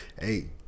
hey